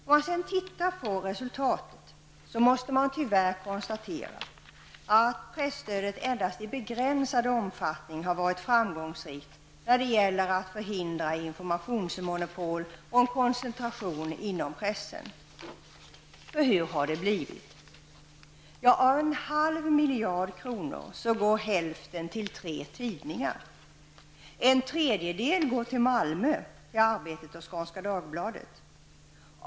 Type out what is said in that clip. Om man sedan tittar på resultatet, måste man tyvärr konstatera att presstödet endast i begränsad omfattning har varit framgångsrikt när det gäller att förhindra informationsmonopol och en koncentration inom pressen. För hur har det blivit? Jo, av 0,5 miljarder kronor går hälften till tre tidningar. En tredjedel går till Dagbladet.